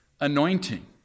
anointing